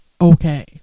Okay